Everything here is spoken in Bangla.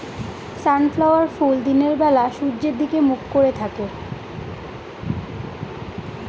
সানফ্ল্যাওয়ার ফুল দিনের বেলা সূর্যের দিকে মুখ করে থাকে